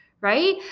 right